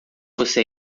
você